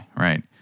right